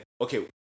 okay